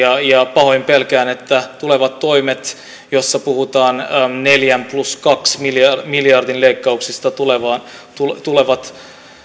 pahoin pelkään että tulevat toimet joissa puhutaan neljä plus kahden miljardin leikkauksista tulevat